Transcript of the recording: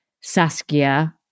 Saskia